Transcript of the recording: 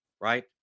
Right